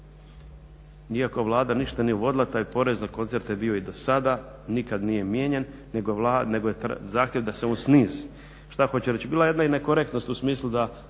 Iako Vlada ništa nije uvodila taj porez na koncerte je bio i do sada, nikad nije mijenjan, nego je zahtjev da se on snizi. Šta hoću reći? Bila je i jedna nekorektnost u smislu da